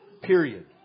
period